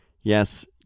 Yes